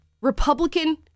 Republican